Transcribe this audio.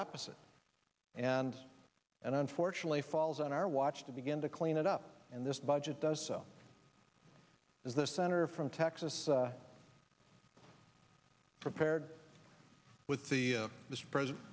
opposite and and unfortunately falls on our watch to begin to clean it up and this budget does so as the senator from texas prepared with the this president